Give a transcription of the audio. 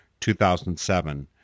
2007